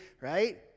Right